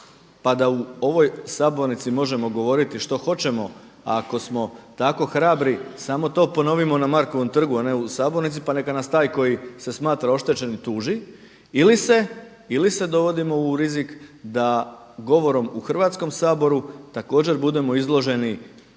pa da u ovoj sabornici možemo govoriti što hoćemo ako smo tako hrabri samo to ponovimo na Markovom trgu, a ne u sabornici pa neka nas taj koji se smatra oštećenim tuži ili se dovodimo u rizik da govorom u Hrvatskom saboru također budemo izloženi